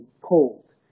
cold